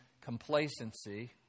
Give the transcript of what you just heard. complacency